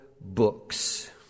books